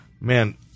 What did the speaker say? man